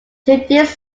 judith